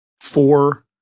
four